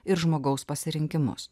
ir žmogaus pasirinkimus